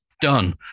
done